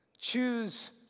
choose